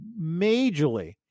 majorly